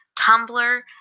Tumblr